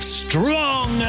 strong